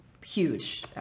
Huge